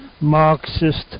Marxist